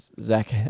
Zach